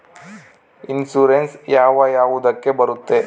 Insurance ಯಾವ ಯಾವುದಕ್ಕ ಬರುತ್ತೆ?